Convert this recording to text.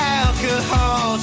alcohol